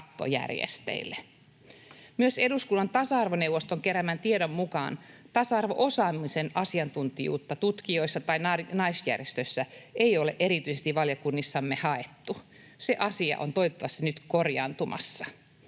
Myös eduskunnan tasa-arvoneuvoston keräämän tiedon mukaan tasa-arvo-osaamisen asiantuntijuutta tutkijoissa tai naisjärjestöissä ei ole erityisesti valiokunnissamme haettu. Se asia on toivottavasti nyt korjaantumassa.